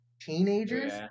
teenagers